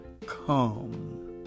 Come